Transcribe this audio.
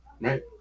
right